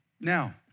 Now